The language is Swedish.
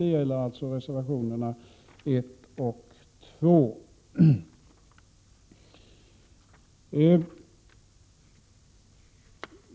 Det gäller reservationerna 1 och 2.